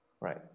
right